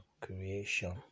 creation